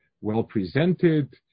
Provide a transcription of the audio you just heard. well-presented